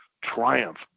triumph